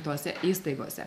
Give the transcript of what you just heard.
tose įstaigose